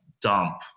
dump